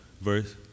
verse